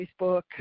Facebook